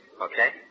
okay